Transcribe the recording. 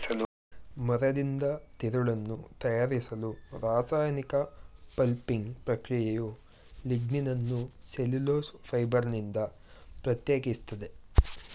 ಮರದಿಂದ ತಿರುಳನ್ನು ತಯಾರಿಸಲು ರಾಸಾಯನಿಕ ಪಲ್ಪಿಂಗ್ ಪ್ರಕ್ರಿಯೆಯು ಲಿಗ್ನಿನನ್ನು ಸೆಲ್ಯುಲೋಸ್ ಫೈಬರ್ನಿಂದ ಪ್ರತ್ಯೇಕಿಸ್ತದೆ